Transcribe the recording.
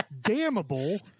Damnable